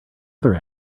other